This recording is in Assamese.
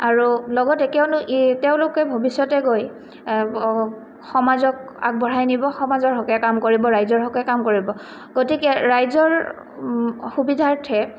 আৰু লগতে কিয়নো তেওঁলোকে ভৱিষ্যতে গৈ সমাজক আগবঢ়াই নিব সমাজৰ হকে কাম কৰিব ৰাইজৰ হকে কাম কৰিব গতিকে ৰাইজৰ সুবিধাৰ্থে